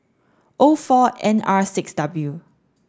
O four N R six W